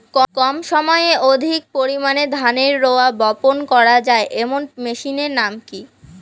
কম সময়ে অধিক পরিমাণে ধানের রোয়া বপন করা য়ায় এমন মেশিনের নাম কি?